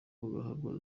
bagahabwa